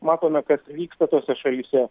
matome kas vyksta tose šalyse